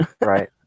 Right